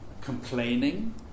complaining